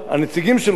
מכובדי השר,